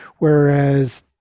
Whereas